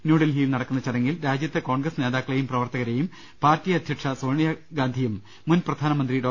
ന്യൂഡൽഹിൽ നടക്കുന്ന ചടങ്ങിൽ രാജ്യത്തെ കോൺഗ്രസ് നേതാക്ക ളെയും പ്രവർത്തകരെയും പാർട്ടി അധ്യക്ഷ സോണിയാ ഗാന്ധിയും മുൻ പ്രധാനമന്ത്രി ഡോ